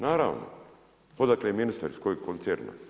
Naravno, odakle ministar iz kojeg koncerna.